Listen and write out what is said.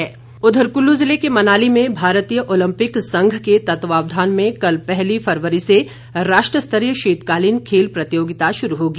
शीतकालीन खेल कुल्लू जिले के मनाली में भारतीय ओलम्पिक संघ के तत्वावधान में कल पहली फरवरी से राष्ट्र स्तरीय शीतकालीन खेल प्रतियोगिता शुरू होगी